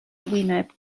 wyneb